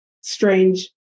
strange